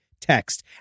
text